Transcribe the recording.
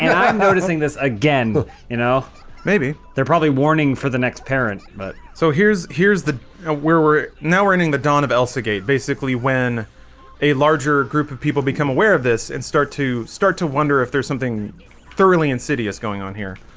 and i'm noticing this again but you know maybe they're probably warning for the next parent but so here's here's the ah where we're now learning the dawn of elsa gate basically when a larger group of people become aware of this and start to start to wonder if there's something thoroughly insidious going on here,